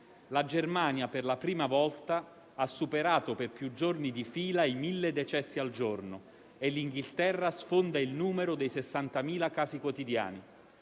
La Germania ha per la prima volta superato per più giorni di fila i 1.000 decessi al giorno; l'Inghilterra sfonda il numero dei 60.000 casi quotidiani,